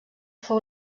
fou